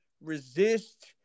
Resist